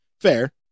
fair